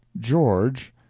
george,